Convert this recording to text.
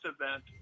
event